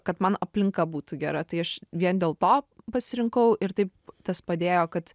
kad man aplinka būtų gera tai aš vien dėl to pasirinkau ir taip tas padėjo kad